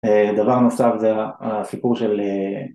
דבר נוסף זה הסיפור של